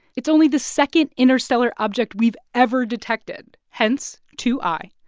it's only the second interstellar object we've ever detected hence, two i.